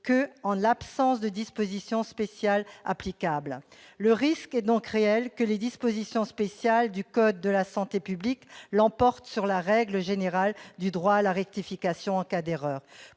« en l'absence de dispositions spéciales applicables ». Le risque est donc réel que les dispositions spéciales du code de la santé publique l'emportent sur la règle générale du droit à la rectification en cas d'erreur.